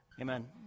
Amen